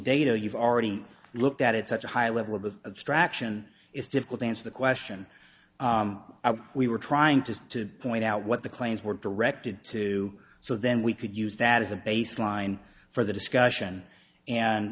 data you've already looked at it such a high level of abstraction it's difficult to answer the question we were trying to to point out what the claims were directed to so then we could use that as a baseline for the discussion and